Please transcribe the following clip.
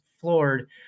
floored